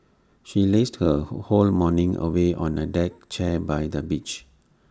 she lazed her whole morning away on A deck chair by the beach